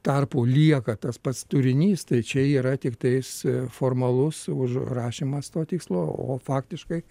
tarpu lieka tas pats turinys tai čia yra tiktais formalus užrašymas to tikslo o faktiškai